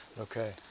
Okay